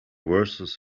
verses